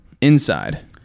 inside